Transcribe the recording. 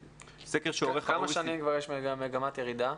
כמה שנים יש כבר מגמת ירידה?